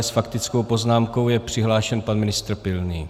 S faktickou poznámkou je přihlášen pan ministr Pilný.